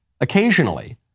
occasionally